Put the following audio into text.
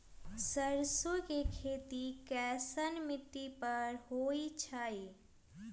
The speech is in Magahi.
सरसों के खेती कैसन मिट्टी पर होई छाई?